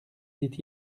dit